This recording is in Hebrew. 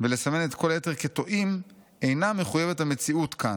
ולסמן את כל יתר כטועים אינה מחויבת המציאות כאן.